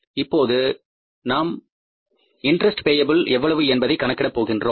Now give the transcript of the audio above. இப்பொழுது நாம் இன்ட்ரஸ்ட் பேய்ப்பில் எவ்வளவு என்பதை கணக்கிட போகின்றோம்